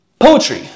Poetry